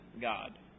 God